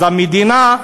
אז המדינה,